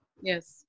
Yes